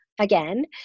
again